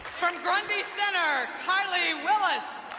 from grundy center, kylie willis.